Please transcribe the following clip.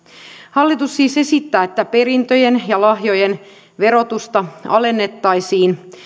hallitus siis esittää että perintöjen ja lahjojen verotusta alennettaisiin